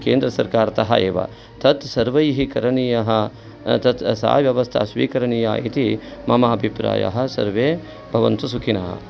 केन्द्रसरकार्तः एव तत् सर्वैः करनीयः तत् सा व्यवस्था स्वीकरनीया इति मम अभिप्रायः सर्वे भवन्तु सुखिनः